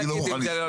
אני לא מוכן לשמוע.